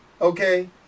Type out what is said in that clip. Okay